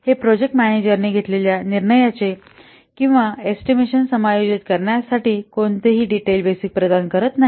हे प्रोजेक्ट व्यवस्थापकांनी घेतलेल्या निर्णयाचे किंवा एस्टिमेशन समायोजित करण्यासाठी कोणतेही डिटेल बेसिक प्रदान करत नाही